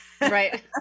right